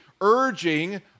urging